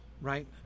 right